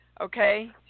Okay